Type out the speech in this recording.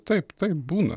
taip taip būna